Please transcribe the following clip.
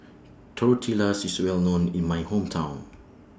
Tortillas IS Well known in My Hometown